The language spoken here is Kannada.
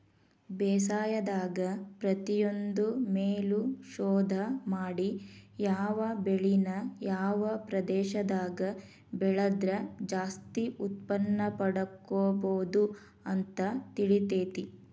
ಬೇಸಾಯದಾಗ ಪ್ರತಿಯೊಂದ್ರು ಮೇಲು ಶೋಧ ಮಾಡಿ ಯಾವ ಬೆಳಿನ ಯಾವ ಪ್ರದೇಶದಾಗ ಬೆಳದ್ರ ಜಾಸ್ತಿ ಉತ್ಪನ್ನಪಡ್ಕೋಬೋದು ಅಂತ ತಿಳಿತೇತಿ